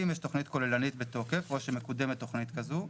יש תכנית כוללנית בתוקף או שמקודמת תכנית כזו,